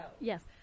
Yes